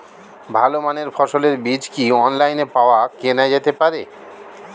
ভালো মানের ফসলের বীজ কি অনলাইনে পাওয়া কেনা যেতে পারে?